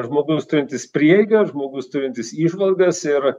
žmogus turintis prieigą žmogus turintis įžvalgas ir